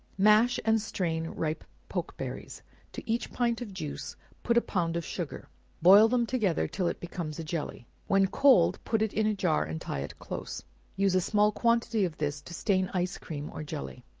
mash and strain ripe pokeberries to each pint of juice put a pound of sugar boil them together till it becomes a jelly when cold put it in a jar and tie it close use a small quantity of this to stain ice cream or jelly.